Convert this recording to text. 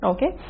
Okay